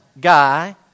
guy